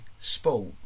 sport